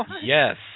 Yes